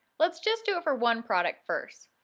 let's just do it for one product first.